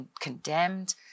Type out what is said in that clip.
condemned